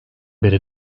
beri